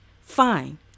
Fine